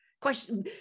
Question